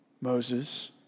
Moses